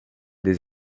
des